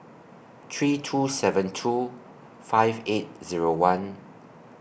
three two seven two five eight Zero one